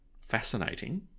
fascinating